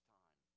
time